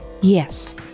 Yes